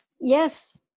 Yes